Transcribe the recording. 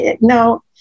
no